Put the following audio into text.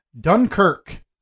Dunkirk